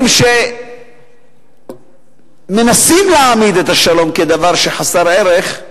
דברים שמנסים להעמיד את השלום כדבר חסר ערך,